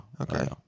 Okay